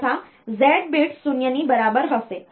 અન્યથા z bits 0 ની બરાબર હશે